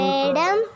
Madam